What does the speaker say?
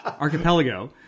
Archipelago